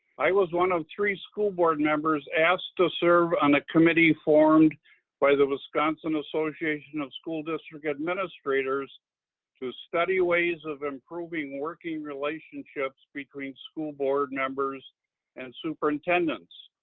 i was one of three school board members asked to serve on a committee formed by the wisconsin association of school district administrators to study ways of improving working relationships between school board members and superintendents.